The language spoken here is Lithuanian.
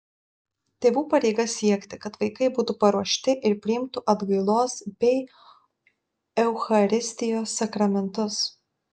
tėvų pareiga siekti kad vaikai būtų paruošti ir priimtų atgailos bei eucharistijos sakramentus